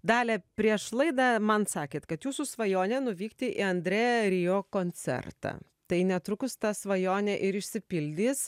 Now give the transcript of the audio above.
dalia prieš laidą man sakėt kad jūsų svajonė nuvykti į andreją ir jo koncertą tai netrukus ta svajonė ir išsipildys